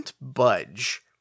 Budge